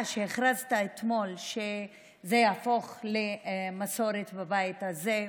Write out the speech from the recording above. שהכרזת אתמול שזה יהפוך למסורת בבית הזה,